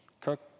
Cook